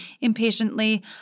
impatiently